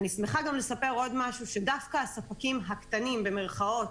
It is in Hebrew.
אני שמחה גם לספר שדווקא הספקים הקטנים במירכאות,